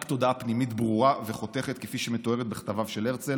רק תודעה פנימית ברורה וחותכת כפי שמתוארת בכתביו של הרצל